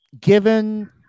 given